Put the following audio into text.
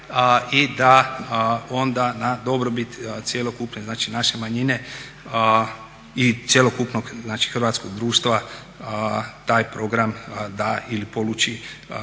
i da onda na dobrobit cjelokupne znači naše manjine i cjelokupnog znači hrvatskog društva taj program da ili poluči